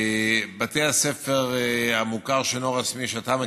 בתי הספר במוכר שאינו רשמי שאתה מכיר,